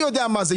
אני יודע מה זה.